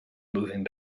moving